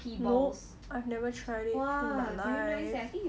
nope I've never tried it in my life